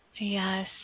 Yes